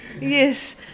Yes